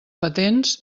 patents